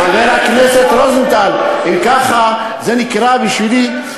חבר הכנסת רוזנטל, אם ככה, זה נקרא בשבילי,